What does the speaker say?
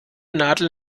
nadel